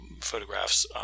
photographs